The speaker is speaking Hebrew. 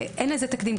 ואין לזה תקדים,